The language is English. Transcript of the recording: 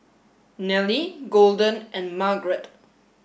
Nelly Golden and Margrett